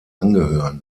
angehören